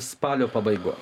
spalio pabaigoj